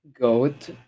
Goat